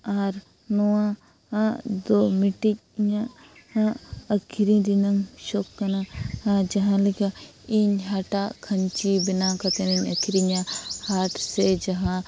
ᱟᱨ ᱱᱚᱣᱟ ᱦᱟᱸᱜ ᱫᱚ ᱢᱤᱫᱴᱤᱡ ᱤᱧᱟᱹᱜ ᱦᱟᱸᱜ ᱟᱹᱠᱷᱨᱤᱧ ᱨᱮᱱᱟᱝ ᱥᱚᱠ ᱠᱟᱱᱟ ᱡᱟᱦᱟᱸ ᱞᱮᱠᱟ ᱤᱧ ᱦᱟᱴᱟᱜ ᱠᱷᱟᱧᱪᱤ ᱵᱮᱱᱟᱣ ᱠᱟᱛᱮᱱᱤᱧ ᱟᱹᱠᱷᱨᱤᱧᱟ ᱦᱟᱴ ᱥᱮ ᱡᱟᱦᱟᱸ